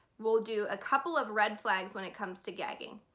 we'll do a couple of red flags when it comes to gagging.